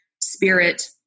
spirit